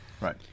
Right